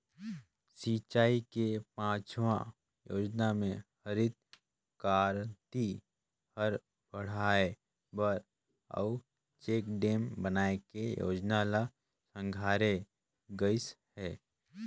सिंचई के पाँचवा योजना मे हरित करांति हर बड़हाए बर अउ चेकडेम बनाए के जोजना ल संघारे गइस हे